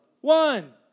One